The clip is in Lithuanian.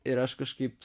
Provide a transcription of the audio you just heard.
ir aš kažkaip